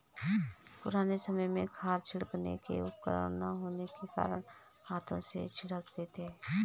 पुराने समय में खाद छिड़कने के उपकरण ना होने के कारण हाथों से छिड़कते थे